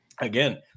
again